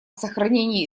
сохранении